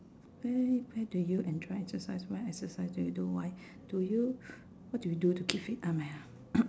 where where do you enjoy exercise what exercise do you do why do you what do you do to keep fit ah me ah